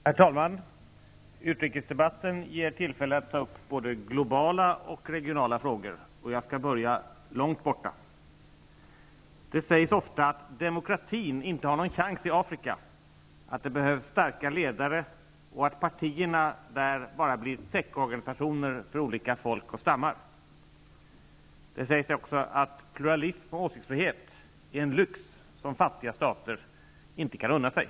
Herr talman! Utrikesdebatten ger tillfälle att ta upp både globala och regionala frågor. Jag skall börja långt borta. Det sägs ofta att demokratin inte har någon chans i Afrika, att det behövs starka ledare och att partierna där bara blir täckorganisationer för olika folk och stammar. Det sägs också att pluralism och åsiktsfrihet är en lyx som fattiga stater inte kan unna sig.